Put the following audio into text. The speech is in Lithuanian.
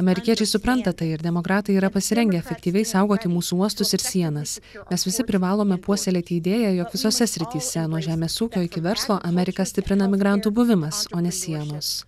amerikiečiai supranta tai ir demokratai yra pasirengę efektyviai saugoti mūsų uostus ir sienas mes visi privalome puoselėti idėją jog visose srityse nuo žemės ūkio iki verslo amerika stiprina migrantų buvimas o ne sienos